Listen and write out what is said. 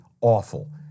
awful